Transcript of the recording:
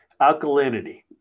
Alkalinity